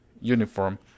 Uniform